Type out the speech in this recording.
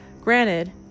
Granted